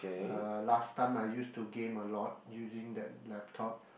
uh last time I used to game a lot using that laptop